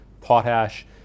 potash